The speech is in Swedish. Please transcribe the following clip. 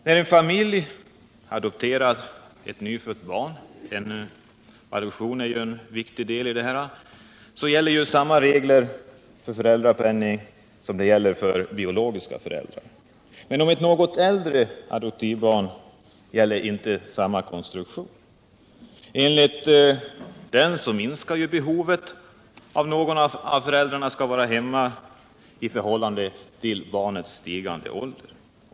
När en familj adopterar ett nyfött barn gäller samma regler för föräldrapenning som när det är fråga om biologiska föräldrar. Men för något äldre adoptivbarn gäller en annan konstruktion. Enligt den minskar behovet av att någon förälder är hemma med barnets stigande ålder.